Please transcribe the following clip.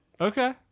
Okay